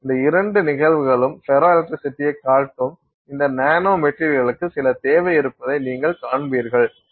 இந்த இரண்டு நிகழ்வுகளும் ஃபெரோஎலக்ட்ரிசிட்டியைக் காட்டும் இந்த நானோ மெட்டீரியல்களுக்கு சில தேவை இருப்பதை நீங்கள் காண்பீர்கள்